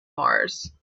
mars